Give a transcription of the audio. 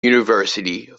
university